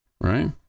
right